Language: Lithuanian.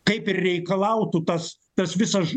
kaip ir reikalautų tas tas visas